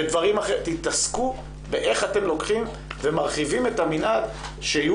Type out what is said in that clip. תתעסקו באיך אתם לוקחים ומרחיבים את המינהל שיהיו